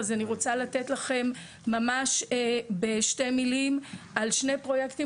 אני רוצה לתת לכם ממש בשתי מילים על שני פרויקטים